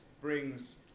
brings